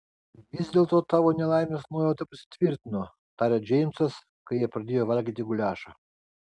vis dėlto tavo nelaimės nuojauta pasitvirtino tarė džeimsas kai jie pradėjo valgyti guliašą